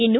ಇನ್ನು